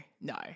no